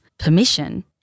Permission